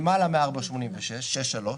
למעלה מ-4.86, 6.3,